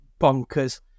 bonkers